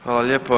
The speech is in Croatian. Hvala lijepo.